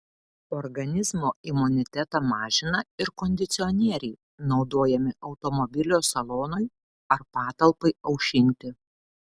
organizmo imunitetą mažina ir kondicionieriai naudojami automobilio salonui ar patalpai aušinti